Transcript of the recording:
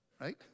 right